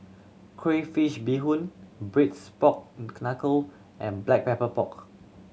crayfish beehoon Braised Pork Knuckle and Black Pepper Pork